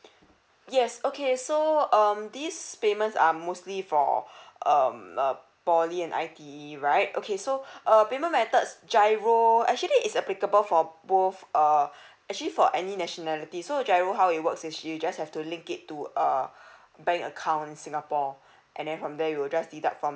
yes okay so um this payment are mostly for um uh poly and I_T_E right okay so err payment methods giro actually is applicable for both uh actually for any nationality so giro how it works is you just have to link it to err bank account in singapore and then from there we will just deduct from